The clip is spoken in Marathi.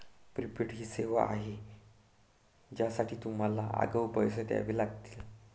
प्रीपेड ही सेवा आहे ज्यासाठी तुम्हाला आगाऊ पैसे द्यावे लागतील